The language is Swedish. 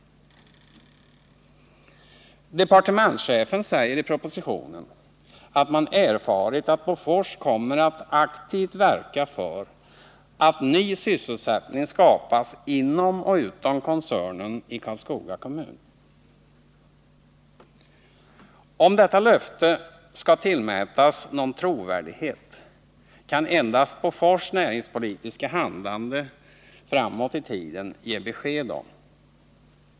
Departementschefen säger i propositionen att han erfarit att Bofors kommer att aktivt verka för att ny sysselsättning skapas inom och utom koncernen i Karlskoga kommun. Huruvida detta löfte skall tillmätas någon trovärdighet kan endast Bofors näringspolitiska handlande framåt i tiden ge besked om.